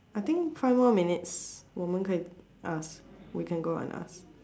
I think five more minutes w哦们可以:wo men ke yi ask we can go out and ask